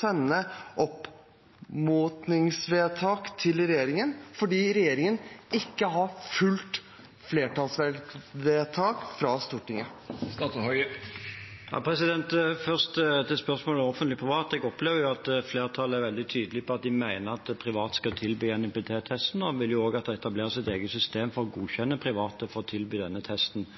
sende anmodningsvedtak til regjeringen fordi regjeringen ikke har fulgt opp flertallsvedtaket fra Stortinget? Først til spørsmålet om offentlig og privat. Jeg opplever at flertallet er veldig tydelig på at de mener at private skal tilby NIPT-testen, og en vil også at det etableres et eget system for å godkjenne private for å tilby denne testen.